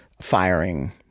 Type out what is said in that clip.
firing